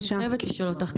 אני חייבת לשאול אותך,